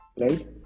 Right